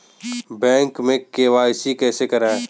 Bank में KYC कैसे करायें?